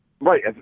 Right